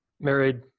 married